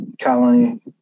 colony